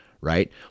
Right